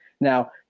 now